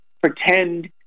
pretend